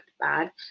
bad